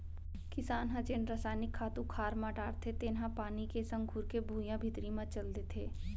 किसान ह जेन रसायनिक खातू खार म डारथे तेन ह पानी के संग घुरके भुइयां भीतरी म चल देथे